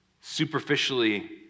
superficially